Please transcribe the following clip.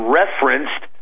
referenced